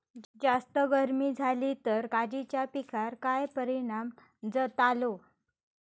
जास्त गर्मी जाली तर काजीच्या पीकार काय परिणाम जतालो?